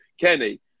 Kenny